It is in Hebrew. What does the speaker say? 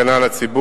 הגנה על הציבור,